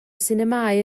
sinemâu